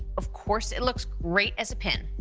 of course it looks great as a pin.